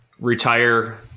retire